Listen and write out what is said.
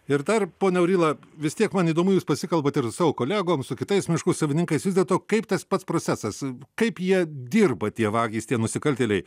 ir dar pone auryla vis tiek man įdomu jūs pasikalbat ir su savo kolegom su kitais miškų savininkais vis dėlto kaip tas pats procesas kaip jie dirba tie vagys tie nusikaltėliai